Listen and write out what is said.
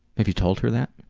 have you told her that?